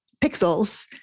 pixels